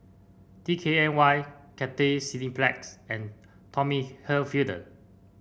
D K N Y Cathay Cineplex and Tommy Hilfiger